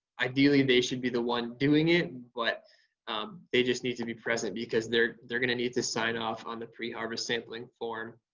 ideally they should be the one doing it, but they just need to be present because they're they're gonna need to sign off on the pre-harvest sampling form,